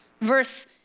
Verse